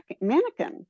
mannequin